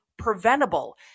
preventable